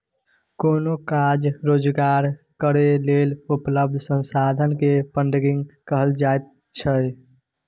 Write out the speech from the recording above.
कोनो काज रोजगार करै लेल उपलब्ध संसाधन के फन्डिंग कहल जाइत छइ